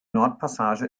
nordpassage